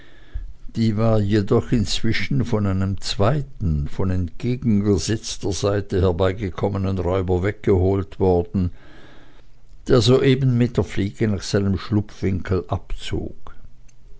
die war jedoch inzwischen von einem zweiten von entgegengesetzter seite herbeigekommenen räuber weggeholt worden der soeben mit der fliege nach seinem schlupfwinkel abzog